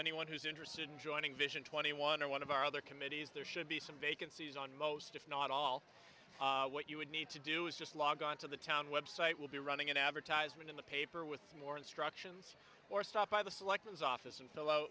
anyone who's interested joining vision twenty one or one of our other committees there should be some vacancies on most if not all what you would need to do is just log on to the town website will be running an advertisement in the paper with more instructions or stop by the selections office and foll